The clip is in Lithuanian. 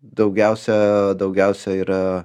daugiausia daugiausia yra